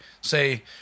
say